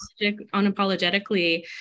unapologetically